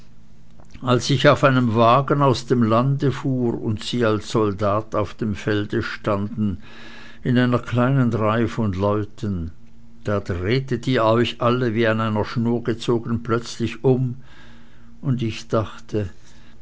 als ich auf einem wagen aus dem lande fuhr und sie als soldat auf dem felde standen in einer kleinen reihe von leuten da drehtet ihr euch alle wie an einer schnur gezogen plötzlich um und ich dachte